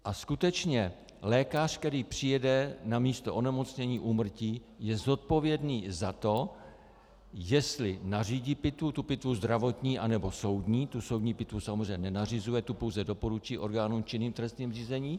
A skutečně lékař, který přijede na místo onemocnění, úmrtí, je zodpovědný za to, jestli nařídí pitvu, tu pitvu zdravotní, anebo soudní, tu soudní pitvu samozřejmě nenařizuje, tu pouze doporučí orgánům činným v trestním řízení.